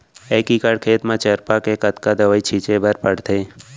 एक एकड़ खेत म चरपा के कतना दवई छिंचे बर पड़थे?